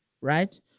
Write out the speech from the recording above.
right